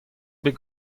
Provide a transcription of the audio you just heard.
bet